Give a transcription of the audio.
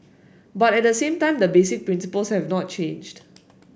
but at the same time the basic principles have not changed